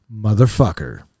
motherfucker